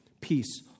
peace